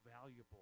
valuable